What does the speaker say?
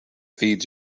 feeds